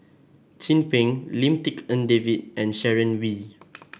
Chin Peng Lim Tik En David and Sharon Wee